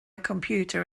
computer